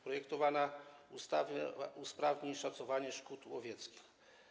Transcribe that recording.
Projektowana ustawa usprawni szacowanie szkód łowieckich.